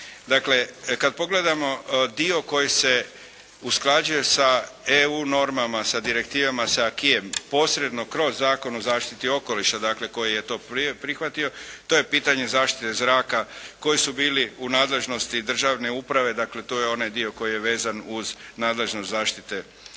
Dakle, kad pogledamo dio koji se usklađuje sa EU normama, sa direktivama, sa aquisom posredno kroz Zakon o zaštiti okoliša, dakle koji je to prihvatio. To je pitanje zaštite zraka koji su bili u nadležnosti državne uprave. Dakle, to je onaj dio koji je vezan uz nadležnost zaštite,